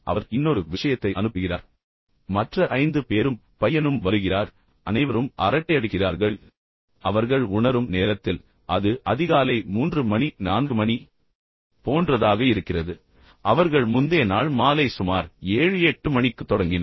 பின்னர் அவர் இன்னொரு விஷயத்தை அனுப்புகிறார் மற்ற ஐந்து பேரும் மற்ற பையனும் வருகிறார் நாம் அனைவரும் ஏன் ஒன்றாக அரட்டையடிக்கக்கூடாது என்று அவர்கள் கூறுகிறார்கள் அவர்கள் தொடர்ந்து அரட்டையடிக்கிறார்கள் அவர்கள் உணரும் நேரத்தில் அது அதிகாலை மூன்று மணி நான்கு மணி போன்றதாக இருக்கிறது அவர்கள் முந்தைய நாள் மாலை சுமார் ஏழு எட்டு மணிக்கு தொடங்கினர்